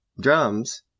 Drums